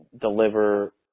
deliver